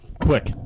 Quick